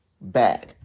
back